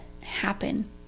happen